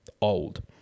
old